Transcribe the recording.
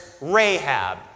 Rahab